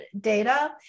data